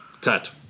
cut